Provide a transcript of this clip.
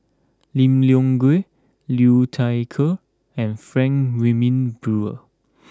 Lim Leong Geok Liu Thai Ker and Frank Wilmin Brewer